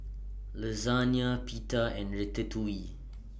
Lasagne Pita and Ratatouille